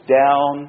down